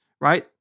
right